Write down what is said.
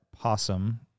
possum